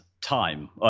time